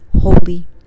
holy